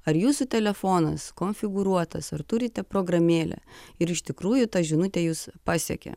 ar jūsų telefonas konfigūruotas ar turite programėlę ir iš tikrųjų ta žinutė jus pasiekė